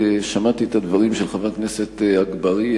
שמעתי את הדברים של חבר הכנסת אגבאריה,